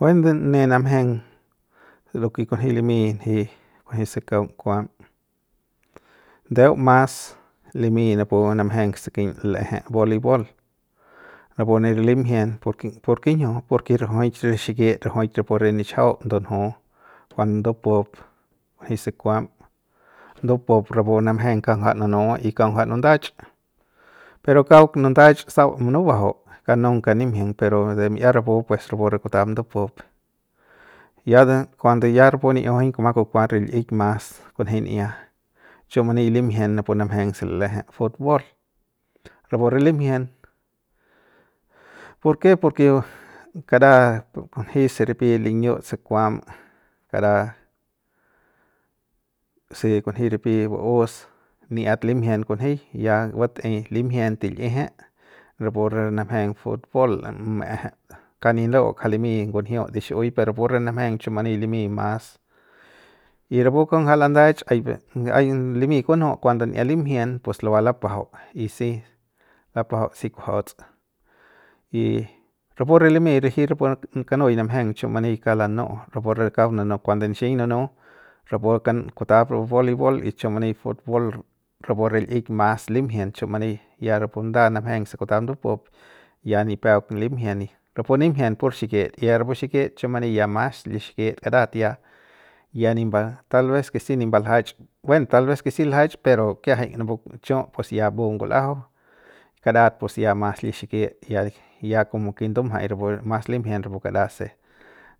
Buen ne namjeng de lo ke kunji limi nji se kaung kuam ndeu mas limi napu namjeng se kiñiu leje boli bol napu ne limjien porke ¿por kinjiu? Porke rajuik re xikit rajuik rapu re nichajau ndunju kuando ndupup kujuei se kuam ndupup rapu namjeng kauk ngaja nunu y kauk ngaja nundach pero kauk nundach sau munubajau kauk nunca nimjieng pero de mi'ia rapu pues rapu re kutap ndupup ya kuando ya rapu ni'iujuñ kuma kukuat re li'ik mas kunji'ia chiu mani limjien napu namjeng se l'eje fut bol rapu re limjien ¿porke? Porke karat kunji se ripi liñiut se kuam kara se kunji de ripi bu'usni'iat limjien kunji ya batꞌei limjien til'ieje rapu re namjeng fut bol maejep kauk nip la'u nja limi ngunjiu de xi'iui per napu re namjeng ke chiumani limi mas y rapu kauk ngaja landach hay ve hay limi kunju kuando n'iat limjien pus luba lapajau y si lapajau si kujuats y rapu re limi riji rapu kanui namjeng chiu mani kauk lanu'u rapu re kauk nunu kuando nixiñ nunu rapu ka kutap rapu boli bol y chiu mani fut bol rapu re leik mas limjien chiu mani ya napu nda namjeng se kutap ndupup ya nipep limjien rapu limjien por xigie er buxigie chumani ya mas lisgiet gratia yanin ba tal vez que si ni baljach bueno tal vez que si lejech pero kiajet rapu chon pues si ya bungul'ajo karat pues ya ma lixigiet ya ya komo kindo jm'a mas lijmbien komo la se